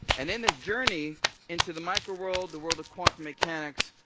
and in this journey into the micro-world, the world of quantum mechanics,